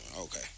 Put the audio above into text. okay